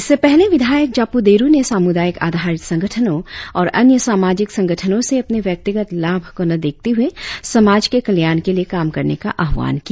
इससे पहले विधायक जापू डेरु ने सामुदायिक आधारित संगठनों और अन्य सामाजिक संगठनों से अपने व्यक्तिगत लाभ को न देखते हुए समाज के कल्याण के लिए काम करने का आह्वान किया